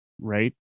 right